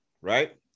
right